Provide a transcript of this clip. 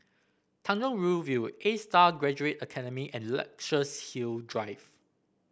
Tanjong Rhu View A Star Graduate Academy and Luxus Hill Drive